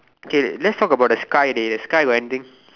K let's talk about the sky dey the sky got anything